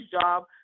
job